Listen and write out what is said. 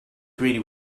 greedy